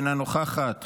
אינה נוכחת,